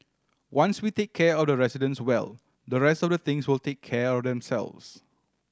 once we take care of the residents well the rest of the things will take care of themselves